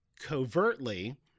covertly